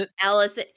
alice